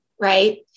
right